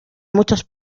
muchos